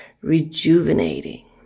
rejuvenating